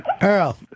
Earl